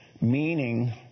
Meaning